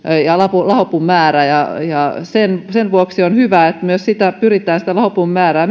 lahopuun määrä sen sen vuoksi on hyvä että myös sitä lahopuun määrää